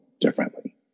differently